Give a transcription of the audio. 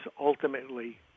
ultimately